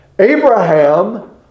Abraham